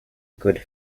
good